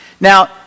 Now